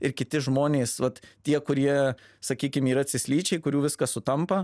ir kiti žmonės vat tie kurie sakykim yra cislyčiai kurių viskas sutampa